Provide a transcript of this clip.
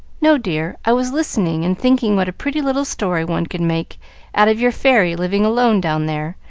no, dear. i was listening and thinking what a pretty little story one could make out of your fairy living alone down there,